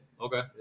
Okay